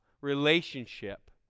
relationship